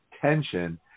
tension